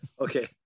Okay